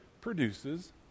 produces